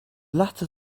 latter